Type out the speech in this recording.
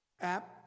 app